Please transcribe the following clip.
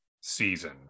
season